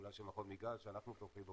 אולי של מכון --- שאנחנו תומכים בו,